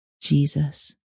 Jesus